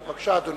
בבקשה, אדוני.